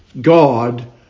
God